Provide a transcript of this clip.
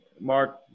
Mark